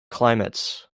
climates